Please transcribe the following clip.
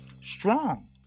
strong